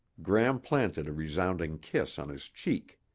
gram planted a resounding kiss on his cheek.